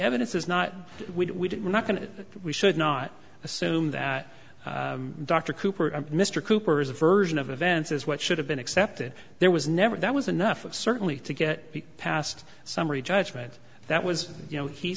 evidence is not we are not going to we should not assume that dr cooper and mr cooper's version of events is what should have been accepted there was never that was enough of certainly to get past summary judgment that was you know he